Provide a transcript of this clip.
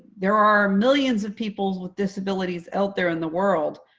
there are millions of people with disabilities out there in the world.